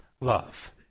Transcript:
love